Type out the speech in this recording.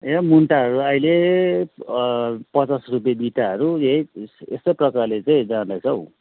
ए मुन्टाहरू अहिले पचास रुपियाँ बिटाहरू ए यस्तै प्रकारले चाहिँ जाँदैछ हौ